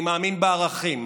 אני מאמין בערכים,